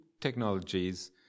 technologies